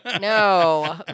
No